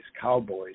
cowboys